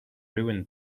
ruined